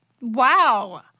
Wow